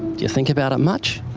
do you think about it much?